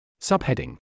Subheading